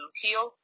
heal